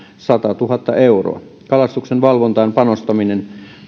satatuhatta euroa kalastuksenvalvontaan panostaminen